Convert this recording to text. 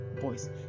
Boys